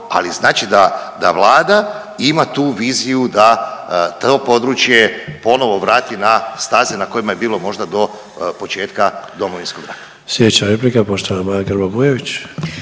ali znači da Vlada ima tu viziju da to područje ponovo vrati na staze na kojima je bilo možda do početka Domovinskog rata.